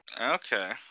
Okay